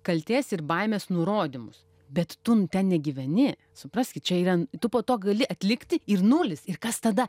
kaltės ir baimės nurodymus bet tun ten negyveni supraskit čia yra tu po to gali atlikti ir nulis ir kas tada